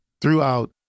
throughout